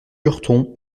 lurton